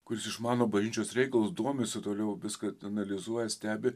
kuris išmano bažnyčios reikalus domisi toliau viską analizuoja stebi